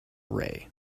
rae